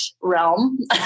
realm